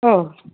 ఓహ్